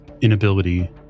inability